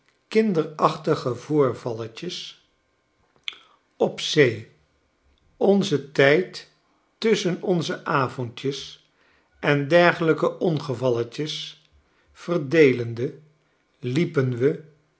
kinderachtige voorvalletjes op zee onzen tijd tusschen onze avondjes b en dergelijke ongevalletjes verdeelende liepen we